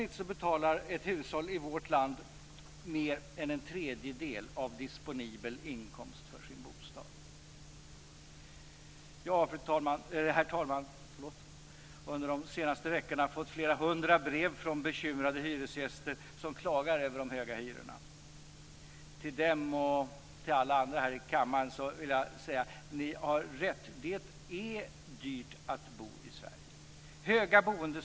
I genomsnitt betalar ett hushåll i vårt land mer än en tredjedel av disponibel inkomst för sin bostad. Jag har, herr talman, under de senaste veckorna fått flera hundra brev från bekymrade hyresgäster som klagar över de höga hyrorna. Till dem och till alla här i kammaren vill jag säga: Ni har rätt. Det är dyrt att bo i Sverige.